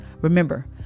Remember